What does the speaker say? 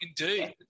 indeed